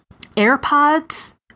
AirPods